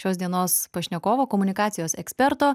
šios dienos pašnekovo komunikacijos eksperto